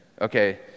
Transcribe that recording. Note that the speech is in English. Okay